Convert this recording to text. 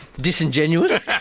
disingenuous